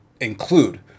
include